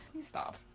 stop